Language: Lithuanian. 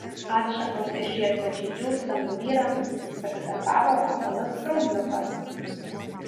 atšakos ir žiedkočiai džiūsta nubyra pasidarbavo vabalas straubliukas